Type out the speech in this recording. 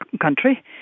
country